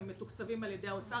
הם מתוקצבים על ידי האוצר,